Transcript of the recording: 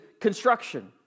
construction